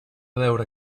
veure